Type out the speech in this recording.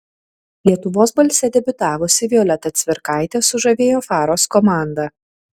lietuvos balse debiutavusi violeta cvirkaitė sužavėjo faros komandą